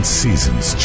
seasons